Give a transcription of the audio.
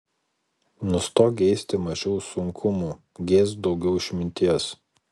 nustok geisti mažiau sunkumų geisk daugiau išminties